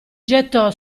gettò